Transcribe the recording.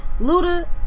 Luda